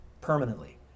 permanently